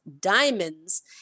diamonds